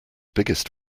biggest